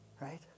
right